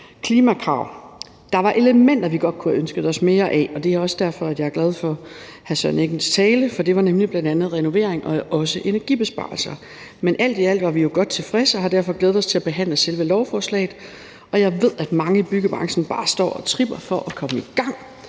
klimakrav. Der var elementer, vi godt kunne have ønsket os mere af, og det er også derfor, at jeg er glad for hr. Søren Egge Rasmussens tale, for det var nemlig bl.a. renovering og energibesparelser. Men alt i alt var vi jo godt tilfredse og har derfor glædet os til at behandle selve lovforslaget, og jeg ved, at mange i byggebranchen bare står og tripper for at komme i gang,